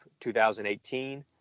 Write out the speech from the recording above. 2018